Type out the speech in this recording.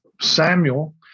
Samuel